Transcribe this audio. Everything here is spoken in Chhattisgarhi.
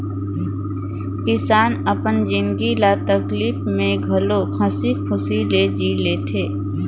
किसान अपन जिनगी ल तकलीप में घलो हंसी खुशी ले जि ले थें